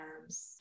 arms